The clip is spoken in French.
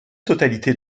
totalité